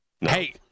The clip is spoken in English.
Hey